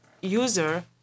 user